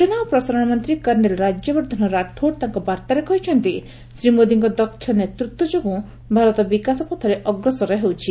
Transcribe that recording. ସୂଚନା ଓ ପ୍ରସାରଣ ମନ୍ତ୍ରୀ କର୍ଷେଲ୍ ରାଜ୍ୟବର୍ଦ୍ଧନ ରାଠୋଡ୍ ତାଙ୍କ ବାର୍ତ୍ତାରେ କହିଛନ୍ତି ଶ୍ରୀ ମୋଦିଙ୍କ ଦକ୍ଷ ନେତୃତ୍ୱ ଯୋଗୁଁ ଭାରତ ବିକାଶ ପଥରେ ଅଗ୍ରସର ହେଉଛି